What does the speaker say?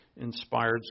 inspired